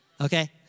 Okay